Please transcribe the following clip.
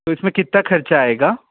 इस में कितना ख़र्च आएगा